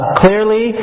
clearly